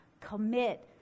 commit